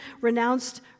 renounced